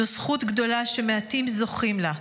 זו זכות גדולה שמעטים זוכים לה,